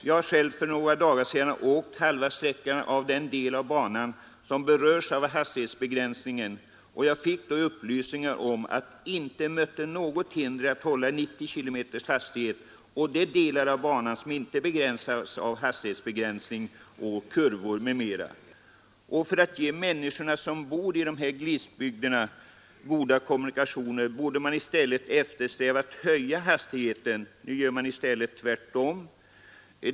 Jag har själv för några dagar sedan åkt halva den del av banan som berörs av hastighetsbegränsningen. Jag fick då upplysningar om att det inte mötte något hinder att hålla 90 km hastighet på de delar av banan som nu inte har hastighetsbegränsning på grund av kurvor m.m. För att ge de människor som bor i dessa glesbygder goda kommunikationer borde man i stället höja hastigheten, men nu gör man tvärtom.